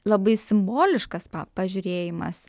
labai simboliškas pažiūrėjimas